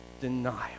denial